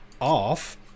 off